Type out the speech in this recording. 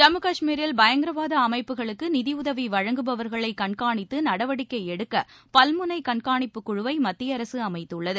ஜம்மு கஷ்மீரில் பயங்கரவாத அமைப்புகளுக்கு நிதியுதவி வழங்குபவர்களை கண்காணித்து நடவடிக்கை எடுக்க பல்முனை கண்காணிப்பு குழுவை மத்திய அரசு அமைத்துள்ளது